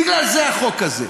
בגלל זה החוק הזה.